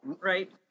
Right